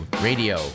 Radio